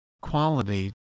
Quality